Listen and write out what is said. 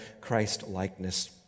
Christ-likeness